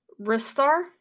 Ristar